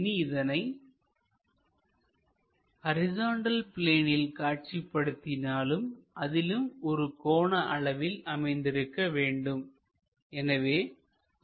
இனி இதனை ஹரிசாண்டல் பிளேனில் காட்சிப்படுத்தினால் அதிலும் ஒரு கோண அளவில் அமைந்திருக்க வேண்டும்